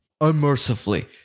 unmercifully